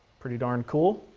pretty darn cool.